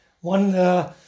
one